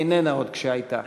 איננה עוד כשהייתה.